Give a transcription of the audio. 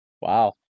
Wow